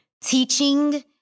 teaching